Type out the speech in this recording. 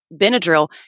Benadryl